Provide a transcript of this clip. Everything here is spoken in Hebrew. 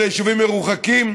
אלה יישובים מרוחקים,